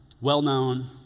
well-known